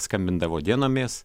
skambindavo dienomis